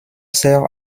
sert